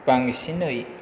बांसिनै